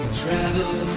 travel